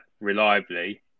reliably